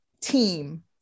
team